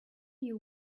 you